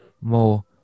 more